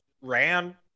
ran